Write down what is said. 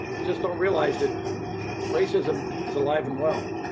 just don't realize that racism is alive and well.